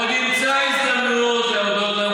והוא עוד ימצא הזדמנות להודות,